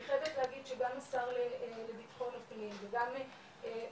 אני חייבת להגיד שגם השר לביטחון הפנים וגם מנכ"ל